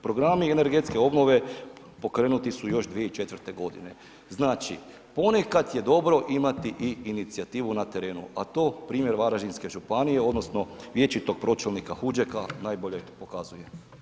Programi energetske obnove pokrenuti su još 2004. g., znači ponekad je dobro imati i inicijativu na terenu, a to primjer Varaždinske županije, odnosno vječitog pročelnika Huđeka najbolje pokazuje.